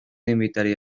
invitaría